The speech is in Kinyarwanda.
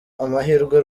amahirwe